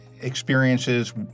experiences